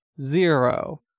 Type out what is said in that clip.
Zero